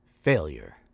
failure